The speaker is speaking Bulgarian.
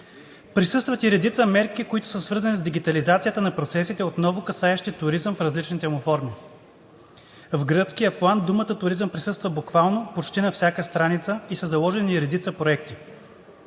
Присъстват и редица мерки, които са свързани с дигитализацията на процесите, отново касаещи туризма в различните му форми. В гръцкия план думата „туризъм“ присъства буквално почти на всяка страница и са заложени редица проекти.